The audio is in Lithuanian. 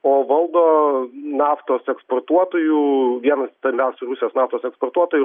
o valdo naftos eksportuotojų vienas stambiausių rusijos naftos eksportuotojų